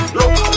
look